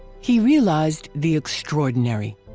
he realized the extraordinary.